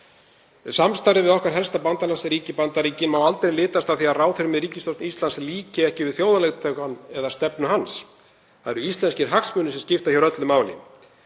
Samstarfið við okkar helsta bandalagsríki, Bandaríkin, má aldrei litast af því að ráðherrum í ríkisstjórn Íslands líki ekki við þjóðarleiðtogann eða stefnu hans. Það eru íslenskir hagsmunir sem skipta hér öllu máli.